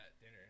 dinner